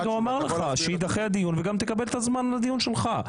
הרגע הוא אמר לך שיידחה הדיון וגם תקבל את זמן הדיון שלך.